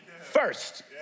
first